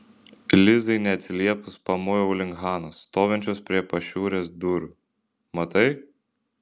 lizai neatsiliepus pamojau link hanos stovinčios prie pašiūrės durų matai